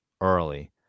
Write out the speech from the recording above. early